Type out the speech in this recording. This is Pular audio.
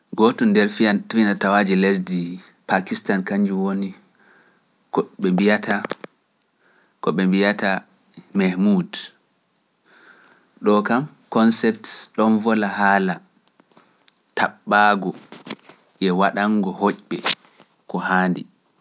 Gootum nder fiya- fina-tawaaji lesdi Paakistan kannjum woni, ko ɓe, ko ɓe mbiyata Mehmud. Ɗoo kam concept ɗon vola haala taɓɓaago e waɗanngo honyɓe ko haandi